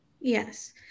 Yes